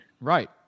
Right